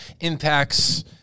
impacts